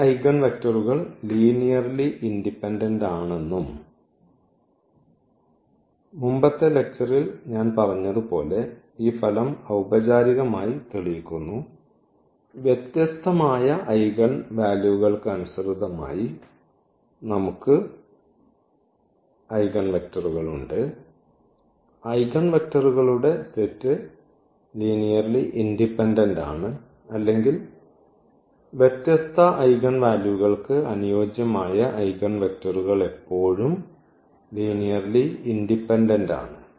ഈ ഐഗൺ വെക്റ്ററുകൾ linearly independent ആണെന്നും മുമ്പത്തെ ലെക്ച്ചർൽ ഞാൻ പറഞ്ഞതുപോലെ ഈ ഫലം ഔപചാരികമായി തെളിയിക്കുന്നു വ്യത്യസ്തമായ ഐഗൺ വാല്യൂകൾക്കനുസൃതമായി നമുക്ക് ഐഗൺവെക്റ്ററുകൾ ഉണ്ട് ഐഗൺവെക്റ്ററുകളുടെ സെറ്റ് ലീനിയർലി ഇൻഡിപെൻഡന്റ് ആണ് അല്ലെങ്കിൽ വ്യത്യസ്ത ഐഗൻ വാല്യൂകൾക്ക് അനുയോജ്യമായ ഐഗൺവെക്ടറുകൾ എല്ലായ്പ്പോഴും ലീനിയർലി ഇൻഡിപെൻഡന്റ് ആണ്